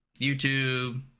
YouTube